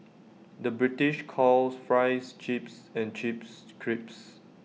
the British calls Fries Chips and Chips Crisps